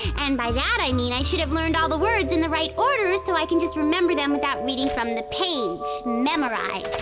and by that i mean i should have learned all the words in the right order so i can just remember them without reading from the page. memorize.